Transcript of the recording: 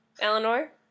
eleanor